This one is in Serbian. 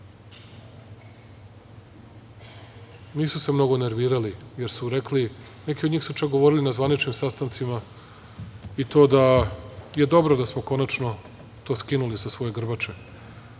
se mnogo nervirali, jer su rekli, neki od njih su čak govorili na zvaničnim sastancima i to da je dobro da smo konačno skinuli sa svoje grbače.